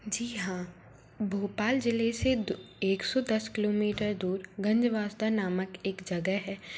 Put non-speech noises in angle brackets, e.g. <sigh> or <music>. जी हाँ भोपाल जिले से <unintelligible> एक सौ दस किलोमीटर दूर गंजवास्ता नामक एक जगह है